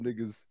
niggas